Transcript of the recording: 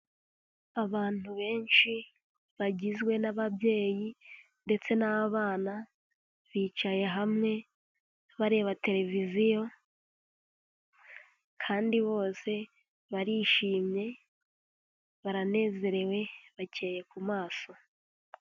Abantu benshi bagizwe n'ababyeyi ndetse n'abana, bicaye hamwe bareba televiziyo kandi bose barishimye baranezerewe bakeye ku maso.